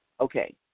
Okay